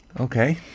Okay